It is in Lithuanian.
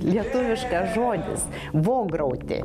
lietuviškas žodis vograuti